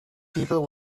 people